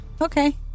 Okay